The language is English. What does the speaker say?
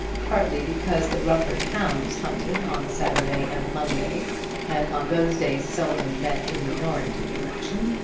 partly because the rufford hounds hunted on saturday and monday and on those days seldom met in the norrington direction,